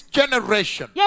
generation